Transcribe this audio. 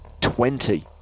Twenty